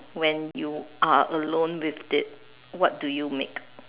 when you are alone with it what do you make